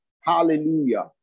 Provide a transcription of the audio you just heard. hallelujah